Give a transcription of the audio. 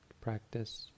practice